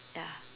ya